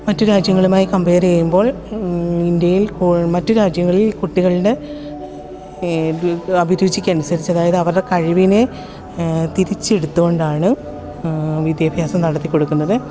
മറ്റു രാജ്യങ്ങളുമായി കമ്പയറ് ചെയ്യുമ്പോൾ ഇന്ത്യയിൽ മറ്റു രാജ്യങ്ങളിൽ കുട്ടികളുടെ അഭിരുചിക്കനുസരിച്ച് അതായത് അവരുടെ കഴിവിനെ തിരിച്ചെടുത്തു കൊണ്ടാണ് വിദ്യാഭ്യാസം നടത്തി കൊടുക്കുന്നത്